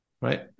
right